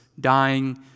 dying